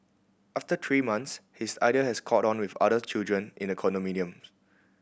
after three months his idea has caught on with other children in the condominium